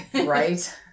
right